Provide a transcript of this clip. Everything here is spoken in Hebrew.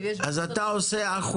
אז מי חוסם אותך עכשיו?